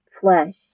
flesh